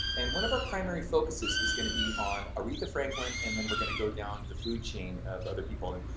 and one of our primary focuses is gonna be on aretha franklin and then we're gonna go down the food chain of other people.